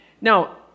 Now